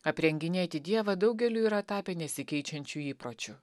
aprenginėti dievą daugeliui yra tapę nesikeičiančiu įpročiu